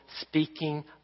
speaking